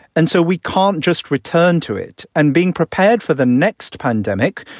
and so we can't just return to it. and being prepared for the next pandemic,